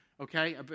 Okay